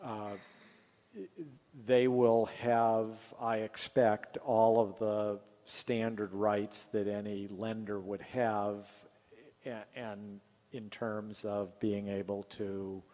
they will have i expect all of the standard rights that any lender would have and in terms of being able to